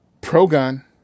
pro-gun